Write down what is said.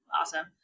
Awesome